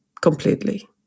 completely